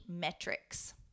metrics